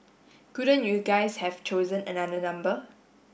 couldn't you guys have chosen another number